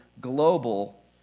global